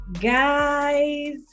guys